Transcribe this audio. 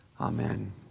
Amen